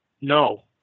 No